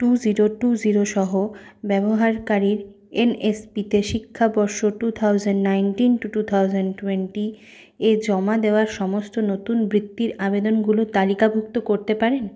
two zero two zero সহ ব্যবহারকারীর N S পিতে শিক্ষাবর্ষ two thousand nineteen to two thousand twenty এ জমা দেওয়া সমস্ত নতুন বৃত্তির আবেদনগুলো তালিকাভুক্ত করতে পারেন